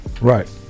Right